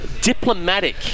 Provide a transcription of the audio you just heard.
diplomatic